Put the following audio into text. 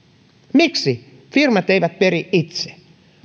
miksi firmat eivät peri itse